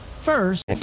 First